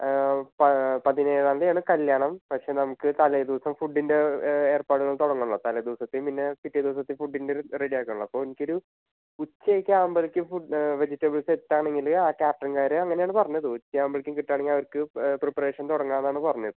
പത് പതിനേഴാംതിയാണ് കല്യാണം പക്ഷേ നമുക്ക് തലേദിവസം ഫുഡ്ഡിൻ്റെ ഏ ഏർപ്പാടുകൾ തുടങ്ങണോലോ തലേ ദിവസത്തേം പിന്നെ പിറ്റേ ദിവസത്തെ ഫുഡ്ഡിൻ്റെ ഇതും റെഡിയാക്കണോല്ലോ അപ്പോൾ എനിക്കൊരു ഉച്ചയൊക്കെ ആകുമ്പഴേക്കും ഫുഡ്ഡ് വെജിറ്റെബിൾസ് എത്താണെങ്കിൽ ആ കാറ്റ്റിങ്ങ്കാർ അങ്ങനെയാണ് പറഞ്ഞത് ഉച്ചയാകുമ്പോൾ കിട്ടുവാണെങ്കിൽ അവർക്ക് പ്രിപ്രേഷൻ തുടങ്ങാന്നാണ് പറഞ്ഞത്